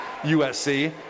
USC